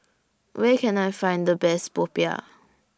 Where Can I Find The Best Popiah